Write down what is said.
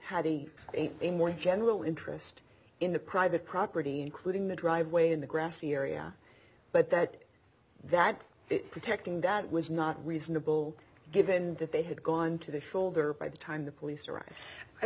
had a more general interest in the private property including the driveway in the grassy area but that that protecting that was not reasonable given that they had gone to the shoulder by the time the police